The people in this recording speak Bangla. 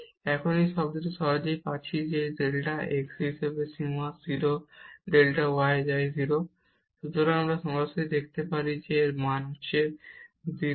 এবং এখন এই টার্মটি আমরা সহজেই দেখতে পাচ্ছি যে এখানে ডেল্টা x হিসাবে সীমা 0 ডেল্টা y তে যায় 0 সুতরাং সরাসরি আমরা দেখাতে পারি যে এর মান 0